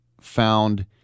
found